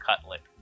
cutlet